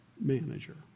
manager